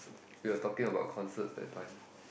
we are talking about concerts that time